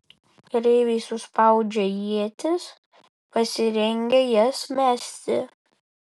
kareiviai suspaudžia ietis pasirengia jas mesti